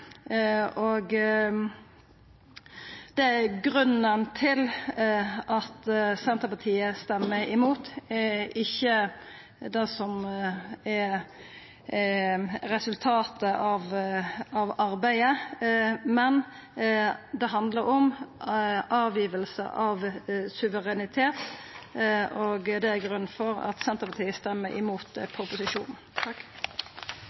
i Noreg, og grunnen til at Senterpartiet stemmer imot, er ikkje resultatet av arbeidet. Det handlar om avgiving av suverenitet, og det er grunnen til at Senterpartiet vil stemme imot